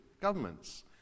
governments